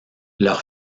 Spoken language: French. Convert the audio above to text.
leur